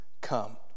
come